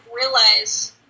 realize